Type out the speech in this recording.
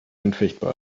anfechtbar